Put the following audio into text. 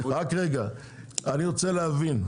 אני רוצה להבין,